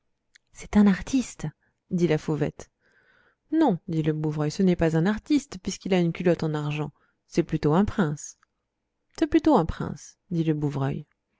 c'est un artiste dit la fauvette non dit le bouvreuil ce n'est pas un artiste puisqu'il a une culotte en argent c'est plutôt un prince c'est plutôt un prince dit le bouvreuil